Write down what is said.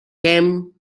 came